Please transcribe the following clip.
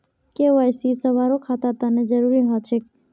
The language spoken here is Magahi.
के.वाई.सी सभारो खातार तने जरुरी ह छेक